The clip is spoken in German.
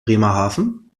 bremerhaven